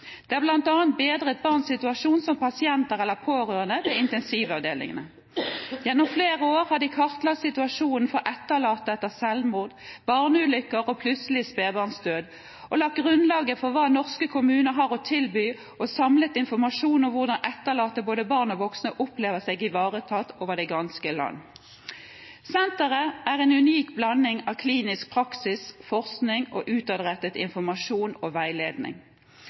Det har bl.a. bedret barns situasjon som pasienter eller pårørende ved intensivavdelingene. Gjennom flere år har de kartlagt situasjonen for etterlatte etter selvmord, barneulykker og plutselig spedbarnsdød, lagt grunnlaget for hva norske kommuner har å tilby, og samlet informasjon om hvordan etterlatte – både barn og voksne – opplever seg ivaretatt over det ganske land. Senteret er en unik blanding av klinisk praksis, forskning og utadrettet informasjon og veiledning.